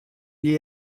gli